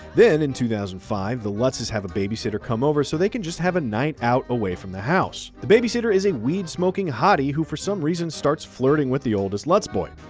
then in two thousand and five, the lutzes have a baby sitter come over so they can just have a night out away from the house. the baby sitter is a weed-smoking hottie who for some reason starts flirting with the oldest lutz boy.